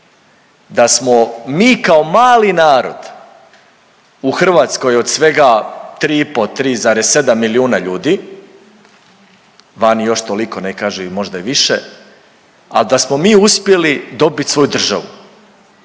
da smo mi kao mali narod u Hrvatskoj od svega tri i pol, 3,7 milijuna ljudi, vani još toliko, neki kažu možda i više a da smo mi uspjeli dobit svoju državu.